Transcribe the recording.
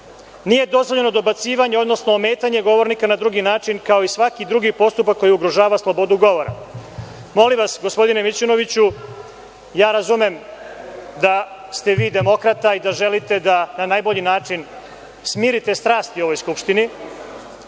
nije dozvoljeno dobacivanje, odnosno ometanje govornika na drugi način, kao i svaki drugi postupak koji ugrožava slobodu govora.“Molim vas, gospodine Mićunoviću, razumem da ste vi demokrata i da želite na najbolji način da smirite strasti u ovoj Skupštini,